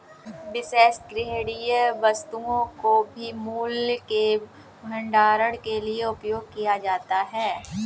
विशेष संग्रहणीय वस्तुओं को भी मूल्य के भंडारण के लिए उपयोग किया जाता है